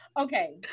okay